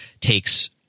takes